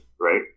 right